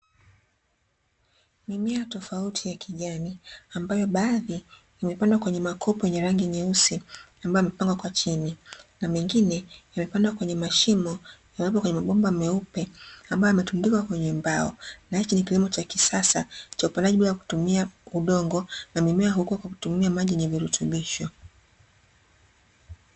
Mimea tofauti ya kijani, ambayo baadhi imepandwa kwenye makopo yenye rangi nyeusi, ambayo yamepangwa kwa chini na mengine yamepandwa kwenye mashimo yaliyopo kwenye mabomba meupe ambayo yametundikwa kwenye mbao. Na hiki ni kilimo cha kisasa cha upandaji bila kutumia udongo, na mimea hukua kwa kutumia maji yenye virutubisho.